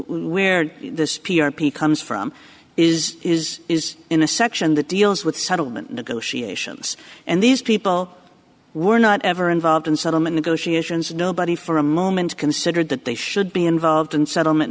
where this p r p comes is is is in a section that deals with settlement negotiations and these people were not ever involved in settlement negotiations nobody for a moment considered that they should be involved in settlement